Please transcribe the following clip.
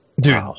Dude